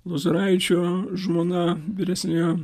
lozoraičio žmona vyresniojo